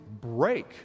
break